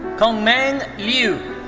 congmeng lyu.